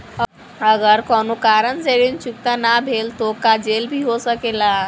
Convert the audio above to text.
अगर कौनो कारण से ऋण चुकता न भेल तो का जेल भी हो सकेला?